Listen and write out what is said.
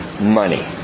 money